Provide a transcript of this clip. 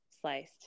sliced